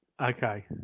Okay